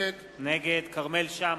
נגד כרמל שאמה,